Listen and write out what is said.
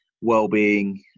well-being